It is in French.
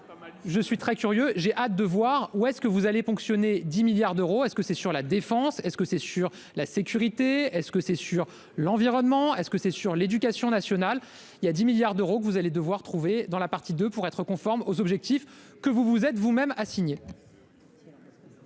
je suis très curieux, j'ai hâte de voir où est-ce que vous allez ponctionner 10 milliards d'euros est-ce que c'est sur la défense est-ce que c'est sur la sécurité est-ce que c'est sur l'environnement est-ce que c'est sur l'éducation nationale, il y a 10 milliards d'euros que vous allez devoir trouver dans la partie de pour être conforme aux objectifs que vous vous êtes vous-même.